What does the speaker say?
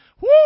Woo